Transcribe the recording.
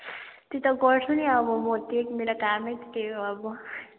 त्यो त गर्छु नि अब म त्यही मेरो कामै त त्यही हो अब